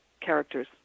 characters